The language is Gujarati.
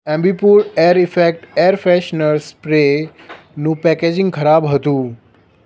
Ambi Pur air effect air freshener સ્પ્રેનું પેકેજીંગ ખરાબ હતું